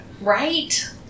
Right